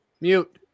Mute